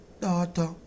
daughter